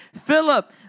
Philip